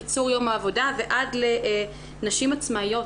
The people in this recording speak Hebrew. קיצור יום העבודה ועד לנשים עצמאיות